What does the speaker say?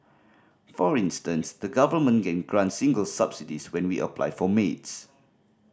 for instance the Government can grant singles subsidies when we apply for maids